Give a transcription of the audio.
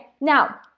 now